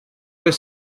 beth